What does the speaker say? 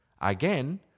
Again